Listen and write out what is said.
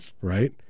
right